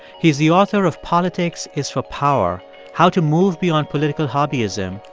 he's the author of politics is for power how to move beyond political hobbyism,